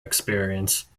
experience